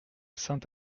saint